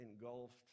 engulfed